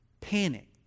panic